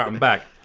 ah and back.